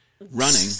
running